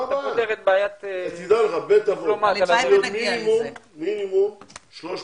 בית אבות - מינימום 300 יחידות.